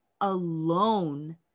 alone